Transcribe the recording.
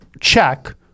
check